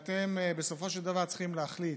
אתם בסופו של דבר צריכים להחליט: